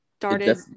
started